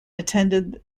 attended